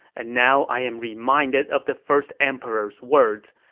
and now i am reminded of the first emperor's words.